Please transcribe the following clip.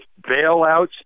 bailouts